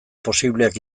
posibleak